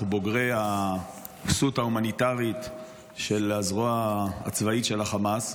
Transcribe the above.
אנחנו בוגרי הכסות ההומניטרית של הזרוע הצבאית של החמאס,